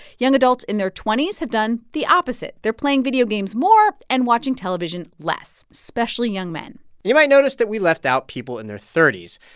young adults in their twenty s have done the opposite. they're playing video games more and watching television less, especially young men you might notice that we left out people in their thirty s.